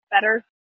better